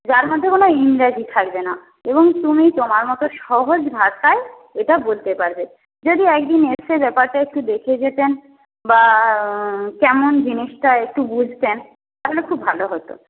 যার মধ্যে কোনো ইংরাজি থাকবে না এবং তুমি তোমার মতো সহজ ভাষায় এটা বলতে পারবে যদি একদিন এসে ব্যাপারটা একটু দেখে যেতেন বা কেমন জিনিসটা একটু বুঝতেন তাহলে খুব ভালো হতো